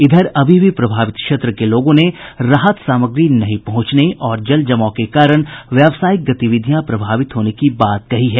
इधर अभी भी प्रभावित क्षेत्र के लोगों ने राहत सामग्री नहीं पहुंचने और जलजमाव के कारण व्यावसायिक गतिविधियां प्रभावित होने की बात कही है